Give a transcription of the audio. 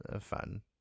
fun